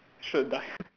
sure die [one]